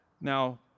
Now